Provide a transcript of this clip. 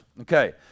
okay